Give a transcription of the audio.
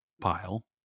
pile